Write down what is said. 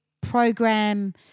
program –